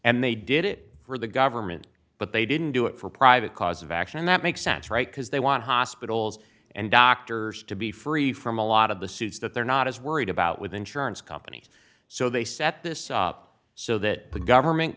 and they did it for the government but they didn't do it for private cause of action that makes sense right because they want hospitals and doctors to be free from a lot of the suits that they're not as worried about with insurance companies so they set this up so that the government